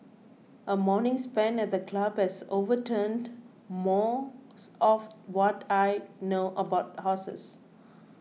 a morning spent at the club has overturned most of what I know about horses